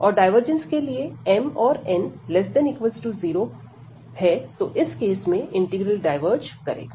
और डायवर्जेंस के लिए यदि m औरn≤0 तो इस केस में इंटीग्रल डायवर्ज करेगा